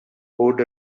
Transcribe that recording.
poured